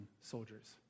soldiers